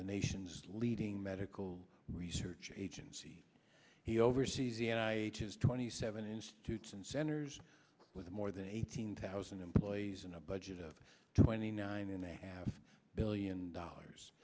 the nation's leading medical research agency he oversees has twenty seven institutes and centers with more than eighteen thousand employees and a budget of twenty nine and a half billion dollars